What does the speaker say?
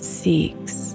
seeks